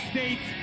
States